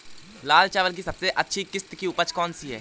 लाल चावल की सबसे अच्छी किश्त की उपज कौन सी है?